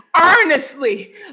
earnestly